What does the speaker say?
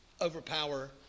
overpower